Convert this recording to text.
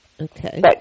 Okay